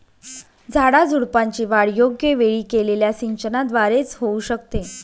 झाडाझुडपांची वाढ योग्य वेळी केलेल्या सिंचनाद्वारे च होऊ शकते